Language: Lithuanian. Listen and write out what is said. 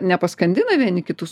nepaskandina vieni kitus